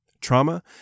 Trauma